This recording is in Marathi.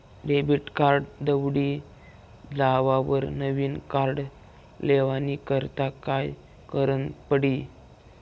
डेबिट कार्ड दवडी जावावर नविन कार्ड लेवानी करता काय करनं पडी?